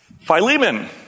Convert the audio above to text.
Philemon